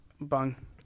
Bang